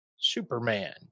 Superman